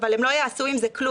אבל הם לא יעשו עם זה כלום,